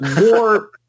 more